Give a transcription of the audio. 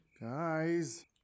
Guys